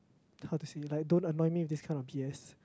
how to say like don't annoy me with this kind of B_S